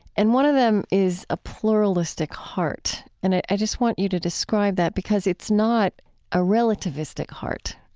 and one of them is a pluralistic heart. and i just want you to describe that because it's not a relativistic heart,